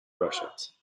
projects